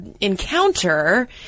encounter